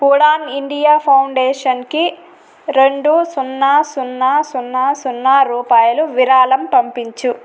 Udaan India ఫౌండేషన్కి రెండు సున్నా సున్నా సున్నా సున్నా రూపాయలు విరాళం పంపించు